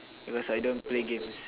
because I don't play games